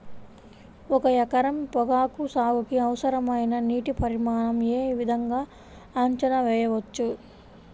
ఒక ఎకరం పొగాకు సాగుకి అవసరమైన నీటి పరిమాణం యే విధంగా అంచనా వేయవచ్చు?